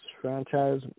franchise